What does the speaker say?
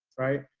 right?